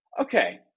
okay